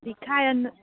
ꯂꯤꯈꯥꯏꯑꯅ